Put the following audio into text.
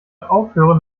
aufhören